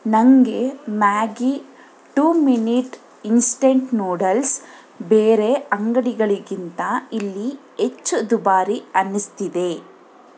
ನನಗೆ Maggi two minute instant noodles ಬೇರೆ ಅಂಗಡಿಗಳಿಗಿಂತ ಇಲ್ಲಿ ಹೆಚ್ಚು ದುಬಾರಿ ಅನ್ನಿಸ್ತಿದೆ